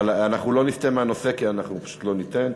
אבל אנחנו לא נסטה מהנושא, כי אנחנו פשוט לא ניתן.